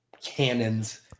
cannons